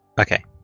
Okay